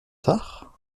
tard